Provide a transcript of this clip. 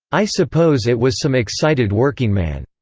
i suppose it was some excited workingman.